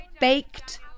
baked